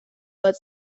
but